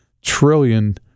trillion